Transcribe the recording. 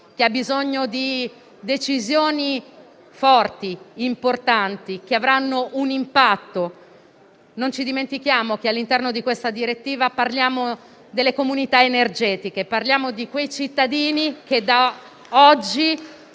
che ha bisogno di coraggio, di decisioni importanti, che avranno un impatto forte. Non dimentichiamo che all'interno di questa direttiva parliamo delle comunità energetiche, di quei cittadini che da oggi